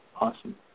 Awesome